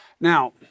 Now